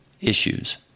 issues